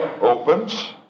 opens